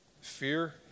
Fear